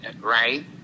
right